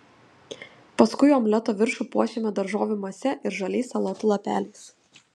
paskui omleto viršų puošiame daržovių mase ir žaliais salotų lapeliais